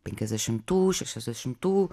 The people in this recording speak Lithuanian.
penkiasdešimtų šešiasdešimtų